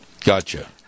Gotcha